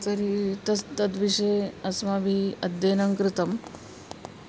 तर्हि तस् तद्विषये अस्माभिः अध्ययनं कृतम्